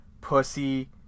pussy